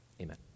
Amen